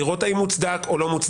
לראות האם הוא מוצדק או לא.